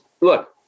look